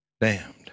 damned